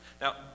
Now